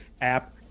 app